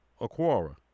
Aquara